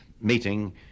meeting